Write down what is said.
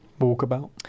walkabout